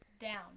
down